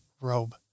robe